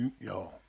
Yo